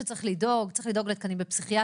זה שצריך לדאוג צריך לדאוג לתקנים בפסיכיאטריה,